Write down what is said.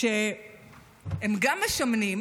שהם גם משמנים